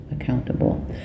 accountable